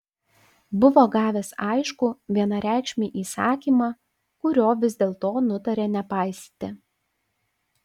buvo gavęs aiškų vienareikšmį įsakymą kurio vis dėlto nutarė nepaisyti